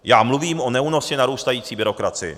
Já mluvím o neúnosně narůstající byrokracii.